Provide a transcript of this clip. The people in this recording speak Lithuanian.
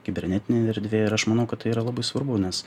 kibernetinė erdvė ir aš manau kad tai yra labai svarbu nes